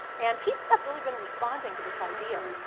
and people have really been responding to this idea.